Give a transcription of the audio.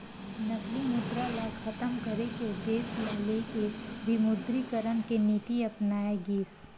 नकली मुद्रा ल खतम करे के उद्देश्य ल लेके विमुद्रीकरन के नीति अपनाए गिस